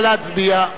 נא להצביע.